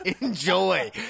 Enjoy